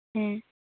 ᱦᱮᱸ